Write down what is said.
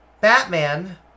batman